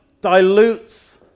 dilutes